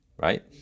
right